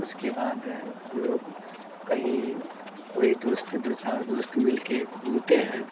उसके बाद हम लोग कहीं कोई दोस्त दो चार दोस्त मिलके घूमते हैं